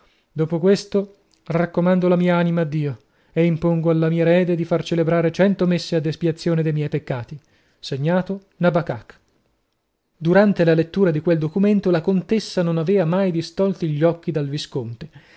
dopo questo raccomando la mia anima a dio e impongo alla mia erede di far celebrare cento messe ad espiazione de miei peccati segnato nabakak durante la lettura di quel documento la contessa non avea mai distolti gli occhi dal visconte